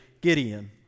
Gideon